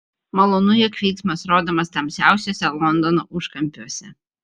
malonu jog veiksmas rodomas tamsiausiuose londono užkampiuose